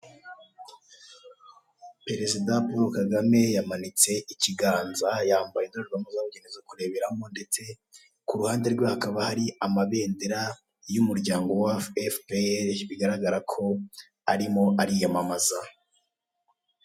Perezida Paul Kagame yamanitse ikiganza yambaye indorerwamo zo kureberamo, ndetse ku ruhande rwe hakaba hari amabendera y'umuryango wa efupeyeri, bigaragara ko arimo ariyamamaza.